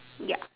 ya